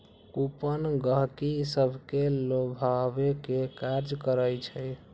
coupon गहकि सभके लोभावे के काज करइ छइ